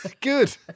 Good